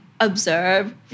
observe